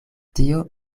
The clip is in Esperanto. tio